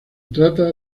trata